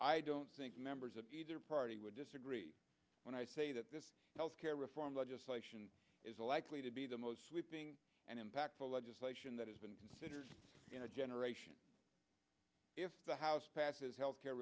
i don't think members of either party would disagree when i say that this health care reform legislation is likely to be the most sweeping and impactful legislation that has been considered in a generation if the house passes health care